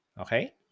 Okay